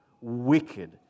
wicked